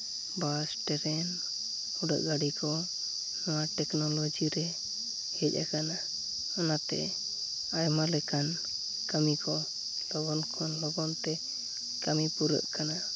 ᱵᱟᱥ train ᱩᱰᱟᱹᱜ ᱜᱟᱹᱰᱤ ᱠᱚ ᱱᱚᱣᱟ ᱴᱮᱠᱱᱳᱞᱚᱡᱤ ᱨᱮ ᱦᱮᱡ ᱟᱠᱟᱱᱟ ᱚᱱᱟᱛᱮ ᱟᱭᱢᱟ ᱞᱮᱠᱟᱱ ᱠᱟᱹᱢᱤ ᱠᱚ ᱞᱚᱜᱚᱱ ᱠᱷᱚᱱ ᱞᱚᱜᱚᱱ ᱛᱮ ᱠᱟᱹᱢᱤ ᱯᱩᱨᱟᱹᱜ ᱠᱟᱱᱟ